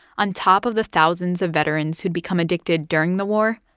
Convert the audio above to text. on top of the thousands of veterans who'd become addicted during the war,